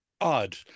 odd